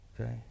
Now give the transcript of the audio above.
Okay